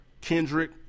Kendrick